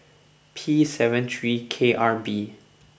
P seven three K R B